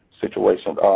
situations